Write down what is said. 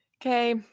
okay